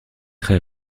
très